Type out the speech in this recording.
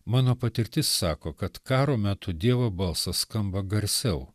mano patirtis sako kad karo metu dievo balsas skamba garsiau